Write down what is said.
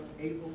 able